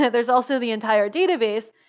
there's also the entire database.